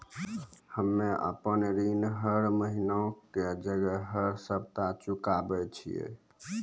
हम्मे आपन ऋण हर महीना के जगह हर सप्ताह चुकाबै छिये